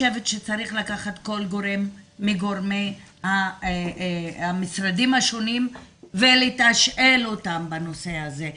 שצריך לקחת כל גורם מגורמי המשרדים שונים ולתשאל אותם בנושא הזה.